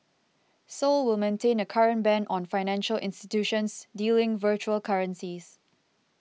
seoul will maintain a current ban on all financial institutions dealing virtual currencies